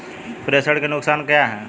प्रेषण के नुकसान क्या हैं?